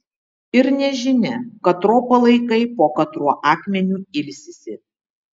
ir nežinia katro palaikai po katruo akmeniu ilsisi